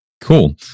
Cool